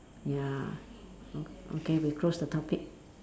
ya o~ okay we close the topic